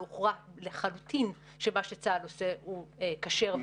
לא הוכרע לחלוטין שמה שצה"ל עושה הוא כשר ונכון.